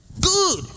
Good